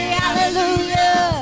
hallelujah